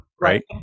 right